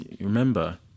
remember